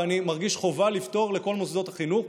ואני מרגיש חובה לפתור לכל מוסדות החינוך.